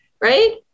right